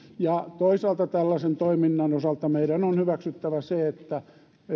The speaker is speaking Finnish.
ja toisaalta tällaisen toiminnan osalta meidän on hyväksyttävä se että